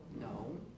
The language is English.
No